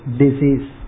disease